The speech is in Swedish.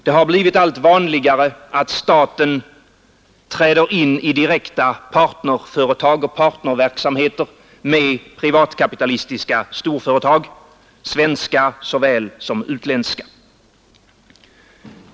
Det har blivit allt vanligare att staten träder in i direkta partnerföretag och partnerverksamheter med privatkapitalistiska storföretag, svenska såväl som utländska.